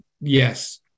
yes